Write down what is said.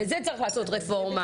בזה צריך לעשות רפורמה.